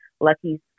Lucky's